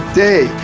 day